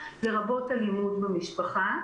לרבות אלימות במשפחה.